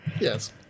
yes